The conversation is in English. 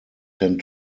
tend